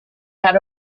had